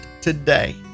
today